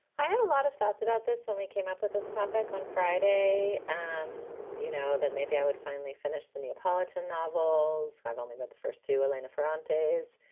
i had a lot of thoughts about this when we came up with this topic on friday and you know that maybe i would finally finish the neapolitan novels. i've only read the first two, elena ferrante's.